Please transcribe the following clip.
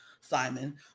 Simon